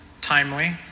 timely